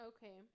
Okay